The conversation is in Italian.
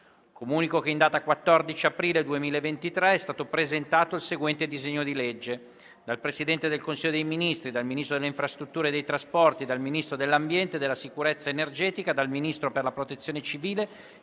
Comunico che in data 14 aprile 2023 è stato presentato il seguente disegno di legge: *dal Presidente del Consiglio dei ministri, dal Ministro delle infrastrutture e dei trasporti, dal Ministro dell'ambiente e della sicurezza energetica, dal Ministro per la protezione civile